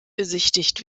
besichtigt